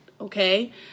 Okay